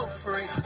free